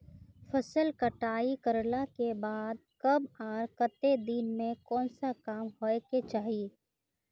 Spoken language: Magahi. फसल कटाई करला के बाद कब आर केते दिन में कोन सा काम होय के चाहिए?